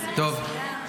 טוב.